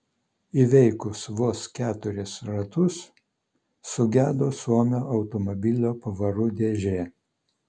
įveikus vos keturis ratus sugedo suomio automobilio pavarų dėžė